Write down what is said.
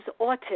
autism